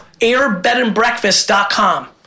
AirBedAndBreakfast.com